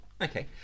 Okay